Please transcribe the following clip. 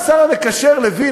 השר המקשר לוין,